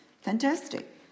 fantastic